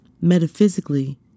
Metaphysically